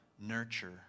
nurture